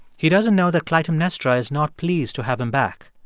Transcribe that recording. he doesn't know that clytemnestra is not pleased to have him back,